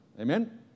Amen